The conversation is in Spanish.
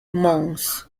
mons